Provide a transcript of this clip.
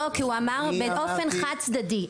אין דבר חד צדדי.